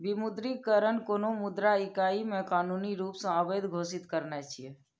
विमुद्रीकरण कोनो मुद्रा इकाइ कें कानूनी रूप सं अवैध घोषित करनाय छियै